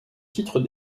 titre